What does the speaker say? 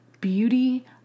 beauty